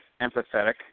empathetic